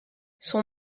son